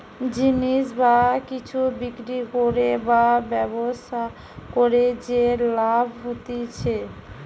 জিনিস বা কিছু বিক্রি করে বা ব্যবসা করে যে লাভ হতিছে